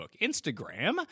Instagram